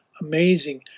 amazing